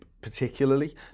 particularly